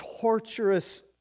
torturous